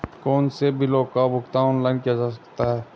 कौनसे बिलों का भुगतान ऑनलाइन किया जा सकता है?